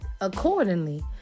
accordingly